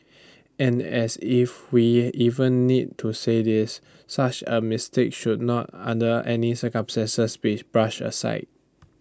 and as if we even need to say this such A mistake should not under any circumstances be brush aside